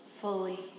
fully